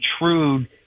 intrude